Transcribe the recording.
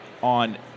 On